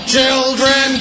Children